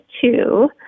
two